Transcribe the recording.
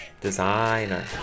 Designer